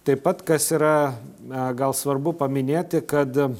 taip pat kas yra na gal svarbu paminėti kad